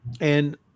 And-